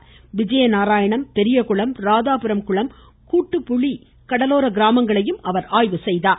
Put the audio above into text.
தொடர்ந்து விஜயநாராயணம் பெரியகுளம் ராதாபுரம் குளம் கூட்டுப்புலி கடலோர கிராமங்களை அவர் ஆய்வு செய்தார்